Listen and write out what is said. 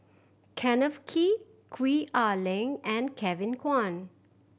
Kenneth Kee Gwee Ah Leng and Kevin Kwan